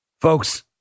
Folks